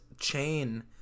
chain